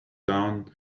down